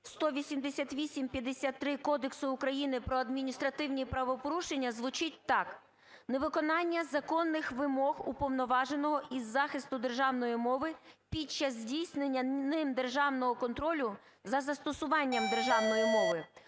188-53 Кодексу України про адміністративні правопорушення звучить так: "Невиконання законних вимог Уповноваженого із захисту державної мови під час здійснення ним державного контролю за застосуванням державної мови".